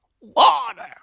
water